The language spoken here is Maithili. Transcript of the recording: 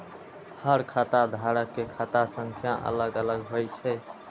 हर खाता धारक के खाता संख्या अलग अलग होइ छै